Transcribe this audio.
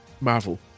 Marvel